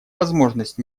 возможность